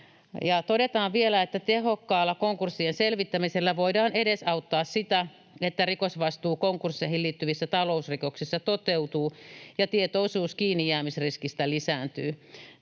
todetaan vielä, että tehokkaalla konkurssien selvittämisellä voidaan edesauttaa sitä, että rikosvastuu konkursseihin liittyvissä talousrikoksissa toteutuu ja tietoisuus kiinnijäämisriskistä lisääntyy.